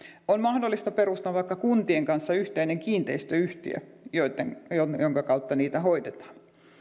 on mahdollista perustaa vaikka kuntien kanssa yhteinen kiinteistöyhtiö jonka kautta niitä hoidetaan